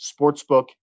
sportsbook